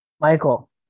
Michael